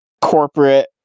corporate